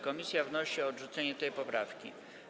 Komisja wnosi o odrzucenie tej poprawki.